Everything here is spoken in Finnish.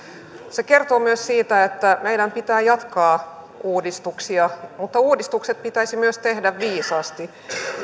se kertoo myös siitä että meidän pitää jatkaa uudistuksia mutta uudistukset pitäisi myös tehdä viisaasti